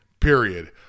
period